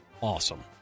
awesome